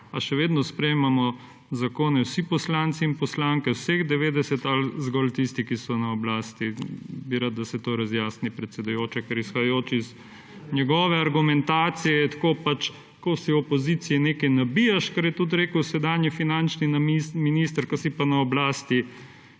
še vedno sprejmemo zakone vsi poslanci in poslanke, vseh 90, ali zgolj tisti, ki so na oblasti. Bi rad, da se to razjasni, predsedujoča, ker izhajajoč iz njegove argumentacije je tako pač, ko si v opoziciji nekaj nabijaš, kar je tudi rekel sedanji finančni minister, ko si pa na oblasti